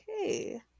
Okay